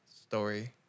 story